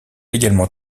également